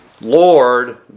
Lord